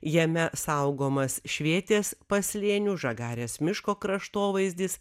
jame saugomas švėtės paslėnių žagarės miško kraštovaizdis